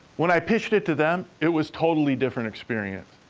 when i pitched it to them, it was totally different experience.